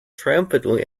triumphantly